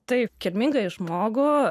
taip kilmingąjį žmogų